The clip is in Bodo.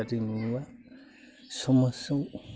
हारिमुआ समाज